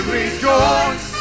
rejoice